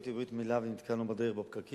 הייתי בברית מילה ונתקענו בפקקים.